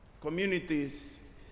communities